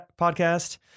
podcast